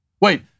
Wait